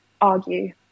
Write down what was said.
argue